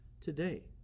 today